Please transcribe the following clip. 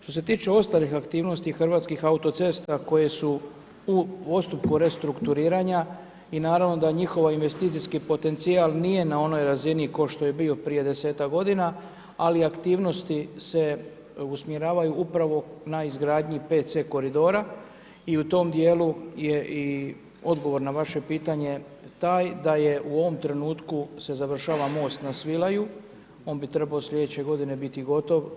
Što se tiče ostalih aktivnosti hrvatskih autocesta, koje su u postupku restrukturiranja, i naravno da njihov investicijski potencijal nije na onoj razini, kao što je bio prije 10-tak g. ali aktivnosti se usmjeravaju upravo na izgradnji PC koridora i u tom dijelu je i odgovor na vaše pitanje taj, da je u ovom trenutku se završava most na Svilaju, on bi trebao sljedeće godine biti gotov.